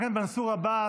חבר הכנסת מנסור עבאס,